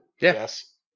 Yes